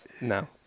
No